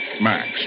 Max